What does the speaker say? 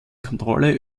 kontrolle